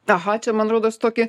aha čia man rodos tokį